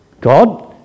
God